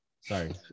Sorry